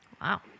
Wow